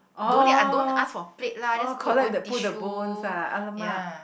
don't need I don't ask for plate lah just put your own tissue ya